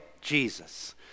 Jesus